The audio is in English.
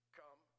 come